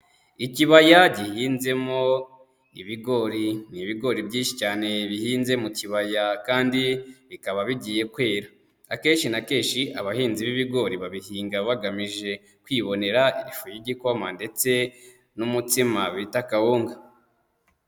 Ikibaya gihinzemo ibigori, ni ibigori byinshi cyane bihinze mu kibaya kandi bikaba bigiye kwera, akenshi na kenshi abahinzi b'ibigori babihinga bagamije kwibonera ifu y'igikoma ndetse n'umutsima bita kawunga.